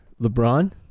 LeBron